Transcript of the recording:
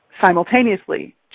simultaneously